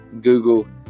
Google